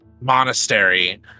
monastery